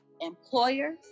employers